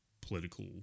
political